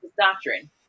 Doctrine